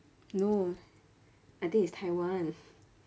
no I think it's taiwan